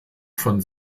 von